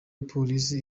polisi